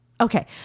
Okay